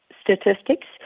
statistics